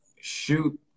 shoot